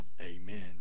amen